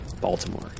Baltimore